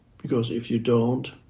because if you don't,